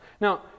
Now